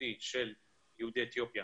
הבטיחותי של יהודי אתיופיה